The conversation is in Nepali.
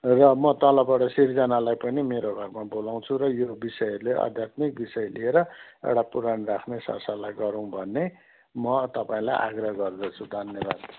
र म तलबाट सिर्जनालाई पनि मेरो घरमा बोलाउँछु र यो विषहरूले आध्यात्मिक विषय लिएर एउटा पुराण राख्ने सरसल्लाह गरौँ भन्ने म तपाईँलाई आग्रह गर्दछु धन्यवाद